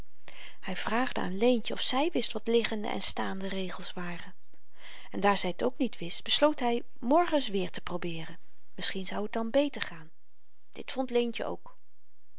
hy vraagde aan leentje of zy wist wat liggende en staande regels waren en daar zy t ook niet wist besloot hy morgen eens weêr te probeeren misschien zou t dan beter gaan dit vond leentje ook